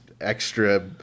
extra